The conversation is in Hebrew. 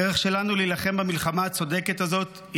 הדרך שלנו להילחם במלחמה הצודקת הזאת היא